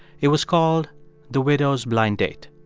it was called the widow's blind date.